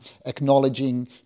acknowledging